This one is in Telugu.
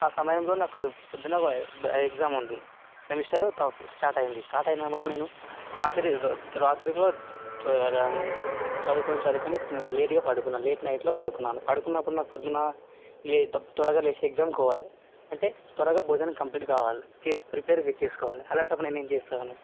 ఆ సమయంలో నాకు పొద్దున ఎగ్జామ్ ఉంది సెమిస్టర్ స్టార్ట్ అయింది స్టార్ట్ అయిన కూడా నేను రాత్రి రాత్రిలో చదువుకొని చదువుకొని లేటుగా పడుకున్నా లేట్ నైట్లో పడుకున్నాను పడుకున్నప్పుడు నాకు పొద్దున త్వరగా లేచి ఎగ్జామ్కి పోవాలి అంటే త్వరగా భోజనం కంప్లీట్ కావాలి ప్రిపేర్ చేసుకోవాలి అలాంటప్పుడు నేను ఏం చేస్తాను